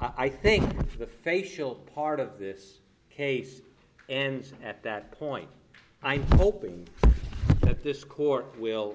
i think the facial part of this case and at that point i'm hoping that this court will